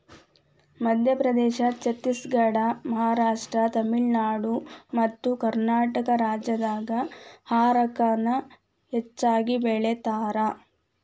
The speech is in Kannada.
ಮಧ್ಯಪ್ರದೇಶ, ಛತ್ತೇಸಗಡ, ಮಹಾರಾಷ್ಟ್ರ, ತಮಿಳುನಾಡು ಮತ್ತಕರ್ನಾಟಕ ರಾಜ್ಯದಾಗ ಹಾರಕ ನ ಹೆಚ್ಚಗಿ ಬೆಳೇತಾರ